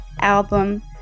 album